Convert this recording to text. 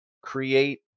create